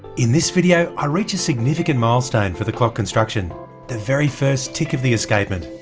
in this video, i reach a significant milestone for the clock construction the very first tick of the escapement.